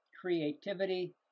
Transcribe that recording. creativity